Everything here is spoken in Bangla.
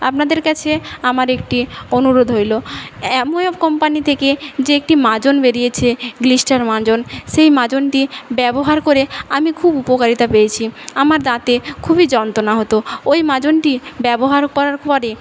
আপনাদের কাছে আমার একটি অনুরোধ হল অ্যাময়ে অফ কোম্পানি থেকে যে একটি মাজন বেড়িয়েছে গ্লিস্টার মাজন সেই মাজনটি ব্যবহার করে আমি খুব উপকারিতা পেয়েছি আমার দাঁতে খুবই যন্ত্রণা হতো ওই মাজনটি ব্যবহার করার পরে